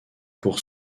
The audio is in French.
pour